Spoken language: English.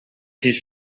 his